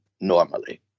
normally